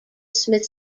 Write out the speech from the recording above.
smith